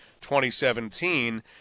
2017